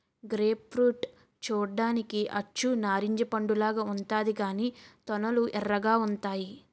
grape fruit చూడ్డానికి అచ్చు నారింజ పండులాగా ఉంతాది కాని తొనలు ఎర్రగా ఉంతాయి